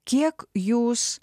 kiek jūs